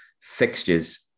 Fixtures